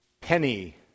Penny